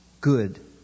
good